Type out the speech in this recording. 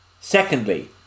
Secondly